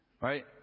right